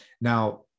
now